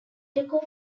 deco